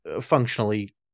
Functionally